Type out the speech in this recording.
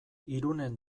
irunen